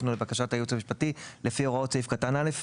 לבקשת היועץ המשפטי: "לפי הוראות סעיף קטן (א)".